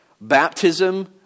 Baptism